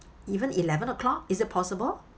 even eleven o'clock is it possible